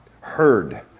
heard